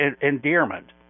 endearment